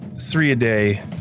three-a-day